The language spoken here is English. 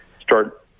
start